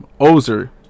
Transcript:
Ozer